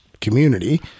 community